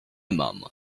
mam